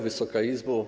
Wysoka Izbo!